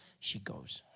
she goes,